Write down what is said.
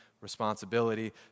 responsibility